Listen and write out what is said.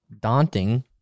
daunting